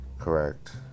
Correct